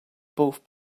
both